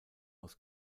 aus